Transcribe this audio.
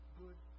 good